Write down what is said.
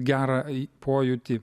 gerą pojūtį